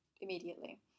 immediately